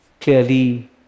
Clearly